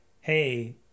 hey